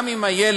גם אם הילד